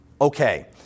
Okay